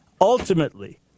Ultimately